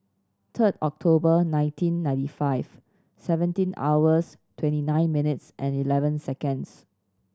third October nineteen ninety five seventeen hours twenty nine minutes and eleven seconds